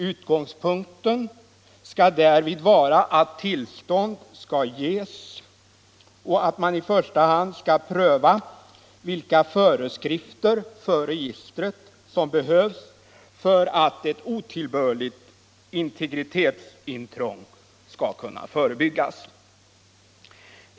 Utgångspunkten skulle därvid vara att man i första hand skall pröva vilka föreskrifter för registret som behövs för att ett otillbörligt integritetsintrång skall kunna förebyggas.